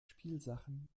spielsachen